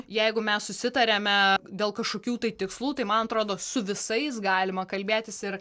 jeigu mes susitariame dėl kažkokių tai tikslų tai man atrodo su visais galima kalbėtis ir